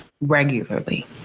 regularly